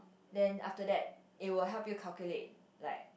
then after that it will help you calculate like